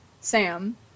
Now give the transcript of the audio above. Sam